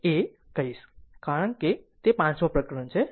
a કહીશ કારણ કે તે પાંચમો પ્રકરણ છે